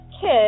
kid